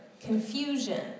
confusion